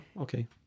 Okay